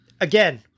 again